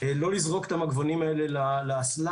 לא לזרוק את המגבונים האלה לאסלה,